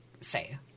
say